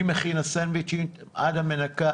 ממכין הסנדוויצ'ים עד המנקה,